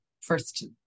first